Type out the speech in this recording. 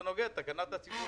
זה נוגד את תקנת הציבור.